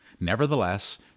Nevertheless